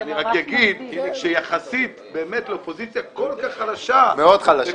אני רק אגיד שיחסית באמת לאופוזיציה כל כך חלשה --- מאוד חלשה,